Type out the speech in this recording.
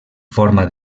forma